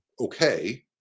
okay